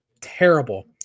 terrible